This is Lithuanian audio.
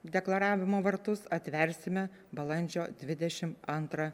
deklaravimo vartus atversime balandžio dvidešim antrą